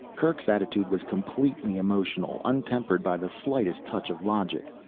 kerk's attitude was completely emotional, untempered by the slightest touch of logic.